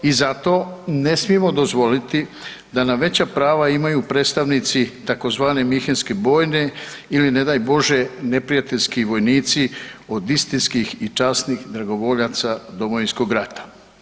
I zato ne smijemo dozvoliti da nam veća prava imaju predstavnici tzv. Münchenske bojne ili ne daj Bože neprijateljski vojnici od istinskih i časnih dragovoljaca Domovinskog rata.